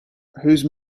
whose